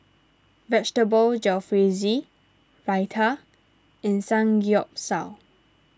Vegetable Jalfrezi Raita and Samgeyopsal